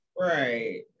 Right